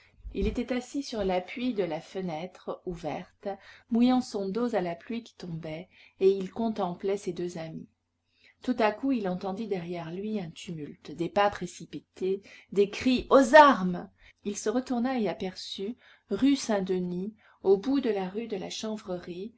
il s'était assis sur l'appui de la fenêtre ouverte mouillant son dos à la pluie qui tombait et il contemplait ses deux amis tout à coup il entendit derrière lui un tumulte des pas précipités des cris aux armes il se retourna et aperçut rue saint-denis au bout de la rue de la